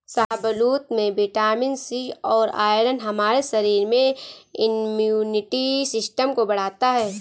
शाहबलूत में vitamin C और आयरन हमारे शरीर में इम्युनिटी सिस्टम को बढ़ता है